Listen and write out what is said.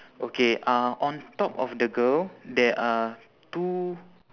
okay uh on top of the girl there are two